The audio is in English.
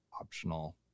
optional